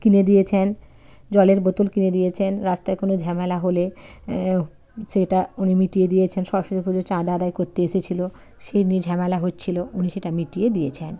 কিনে দিয়েছেন জলের বোতল কিনে দিয়েছেন রাস্তায় কোনো ঝামেলা হলে যেটা উনি মিটিয়ে দিয়েছেন সরস্বতী পুজোর চাঁদা আদায় করতে এসেছিল সেই নিয়ে ঝামেলা হচ্ছিল উনি সেটা মিটিয়ে দিয়েছেন